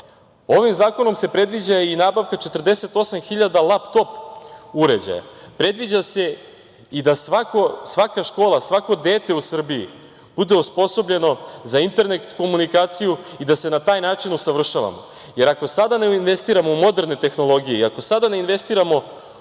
zakonom se predviđa i nabavka 48 hiljada laptop uređaja. Predviđa se i da svaka škola, svako dete u Srbiji bude osposobljeno za internet komunikaciju i da se na taj način usavršavamo, jer ako sada ne investiramo u moderne tehnologije i ako sada ne investiramo u